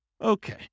Okay